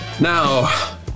Now